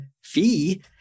fee